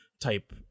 type